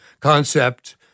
concept